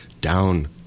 down